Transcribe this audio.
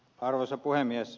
arvoisa puhemies